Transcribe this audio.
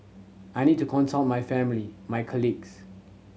I need to consult my family my colleagues